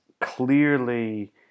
clearly